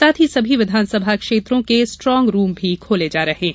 साथ ही सभी विधानसभा क्षेत्रों के स्ट्रॉगरूम भी खोले जा रहे हैं